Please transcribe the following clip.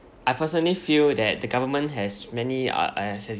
I personally feel that the government has many uh as as in